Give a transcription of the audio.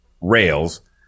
rails